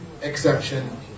exception